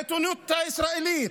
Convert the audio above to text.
לעיתונות הישראלית,